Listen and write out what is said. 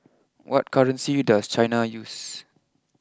what currency does China use